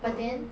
but then